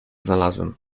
znalazłem